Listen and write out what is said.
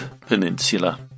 Peninsula